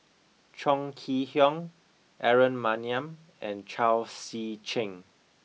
Chong Kee Hiong Aaron Maniam and Chao Tzee Cheng